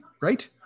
right